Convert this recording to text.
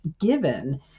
given